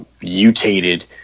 mutated